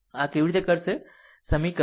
આમ આ કેવી રીતે કરશે સમીકરણ